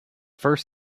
first